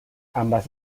ambas